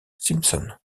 simpson